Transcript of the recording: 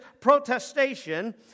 protestation